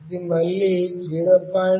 ఇది మళ్ళీ 0